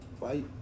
Fight